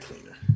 cleaner